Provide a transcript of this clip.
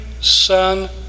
Son